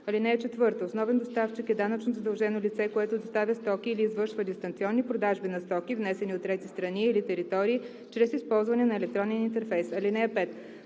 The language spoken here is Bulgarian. са пратка. (4) Основен доставчик е данъчно задължено лице, което доставя стоки или извършва дистанционни продажби на стоки, внесени от трети страни или територии, чрез използване на електронен интерфейс. (5)